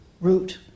route